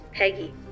Peggy